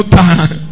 time